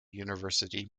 university